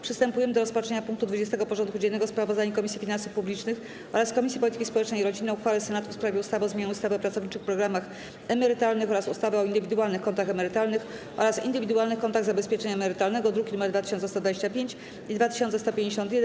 Przystępujemy do rozpatrzenia punktu 20. porządku dziennego: Sprawozdanie Komisji Finansów Publicznych oraz Komisji Polityki Społecznej i Rodziny o uchwale Senatu w sprawie ustawy o zmianie ustawy o pracowniczych programach emerytalnych oraz ustawy o indywidualnych kontach emerytalnych oraz indywidualnych kontach zabezpieczenia emerytalnego (druki nr 2125 i 2151)